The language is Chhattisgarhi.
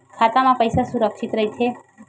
खाता मा पईसा सुरक्षित राइथे?